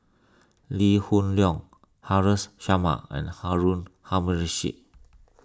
Lee Hoon Leong Haresh Sharma and Harun Aminurrashid